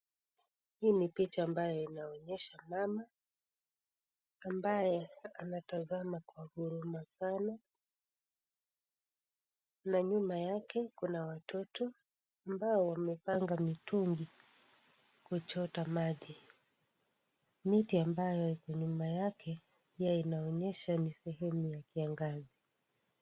Hii ni picha ambayo inaonyesha mama ambaye anatazama kwa huruma sana na nyuma yake kuna watoto ambao wamepanga mitungi kuchota maji, miti ambayo iko nyuma yake pia inaonyesha ni sehemu ya kiangazi.